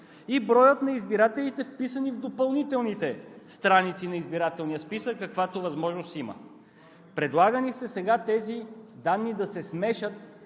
и броят на избирателите, вписани в допълнителните страници на избирателния списък, каквато възможност има. Предлага ни се сега тези данни да се смесят